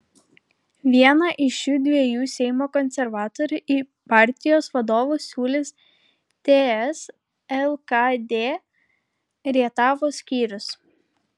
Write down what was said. vieną iš šių dviejų seimo konservatorių į partijos vadovus siūlys ts lkd rietavo skyrius